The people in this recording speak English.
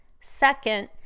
Second